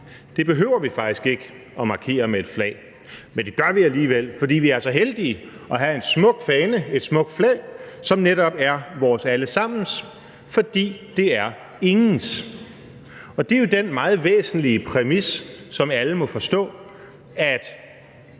Det behøver vi faktisk ikke markere med et flag, men det gør vi alligevel, fordi vi er så heldige at have en smuk fane, et smukt flag, som netop er vores alle sammens, fordi det er ingens. Og det er jo den meget væsentlige præmis, som alle må forstå,